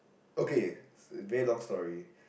okay very long story